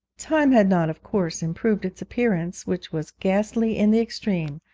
time had not, of course, improved its appearance, which was ghastly in the extreme,